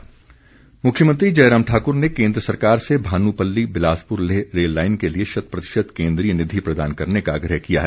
भेंट मुख्यमंत्री मुख्यमंत्री जयराम ठाकुर ने केन्द्र सरकार से भानुपल्ली बिलासपुर लेह रेललाइन के लिए शत प्रतिशत केन्द्रीय निधि प्रदान करने का आग्रह किया है